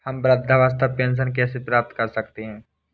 हम वृद्धावस्था पेंशन कैसे प्राप्त कर सकते हैं?